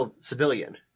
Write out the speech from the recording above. civilian